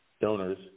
donors